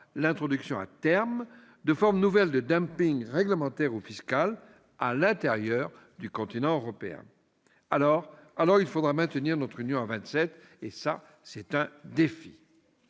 l'introduction, à terme, de formes nouvelles de réglementaire ou fiscal à l'intérieur du continent européen. Il faudra maintenir notre union à vingt-sept, et c'est un défi.